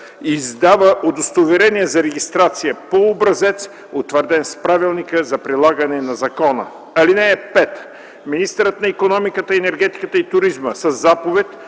издава удостоверение за регистрация по образец, утвърден с Правилника за прилагане на закона. (5) Министърът на икономиката, енергетиката и туризма със заповед